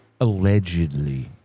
Allegedly